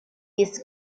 this